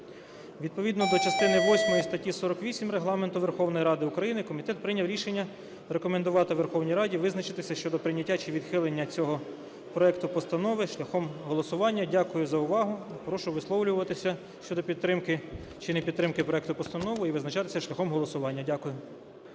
Відповідно до частини восьмої статті 48 Регламенту Верховної Ради України комітет прийняв рішення рекомендувати Верховній Раді визначитися щодо прийняття чи відхилення цього проекту постанови шляхом голосування. Дякую за увагу. Прошу висловлюватися щодо підтримки чи непідтримки проекту постанови і визначатися шляхом голосування. Дякую.